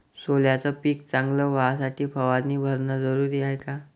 सोल्याचं पिक चांगलं व्हासाठी फवारणी भरनं जरुरी हाये का?